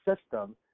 system